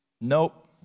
Nope